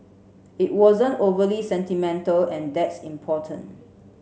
it wasn't overly sentimental and that's important